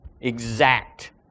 Exact